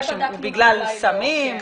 בגלל סמים,